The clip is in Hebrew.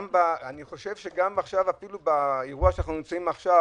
גם באירוע הנוכחי,